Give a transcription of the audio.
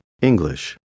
English